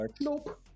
nope